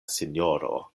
sinjoro